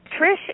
trish